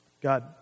God